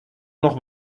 noch